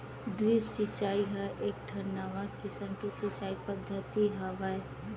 drip सिचई ह एकठन नवा किसम के सिचई पद्यति हवय